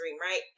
Right